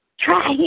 Try